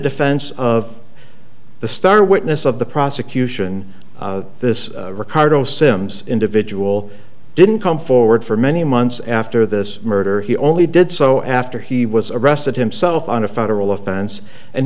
defense of the star witness of the prosecution this ricardo simms individual didn't come forward for many months after this murder he only did so after he was arrested himself on a federal offense and